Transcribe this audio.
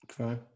Okay